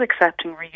accepting